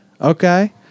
Okay